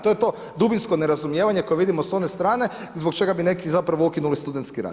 To je to dubinsko nerazumijevanje koje vidimo s one strane, zbog čega bi neki zapravo ukinuli studentski rad.